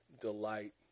delight